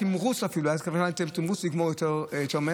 ואפילו הייתה כוונה לתת תמרוץ לגמור יותר מהר,